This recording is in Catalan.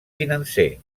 financer